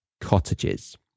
Cottages